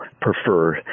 prefer